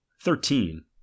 thirteen